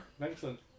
Excellent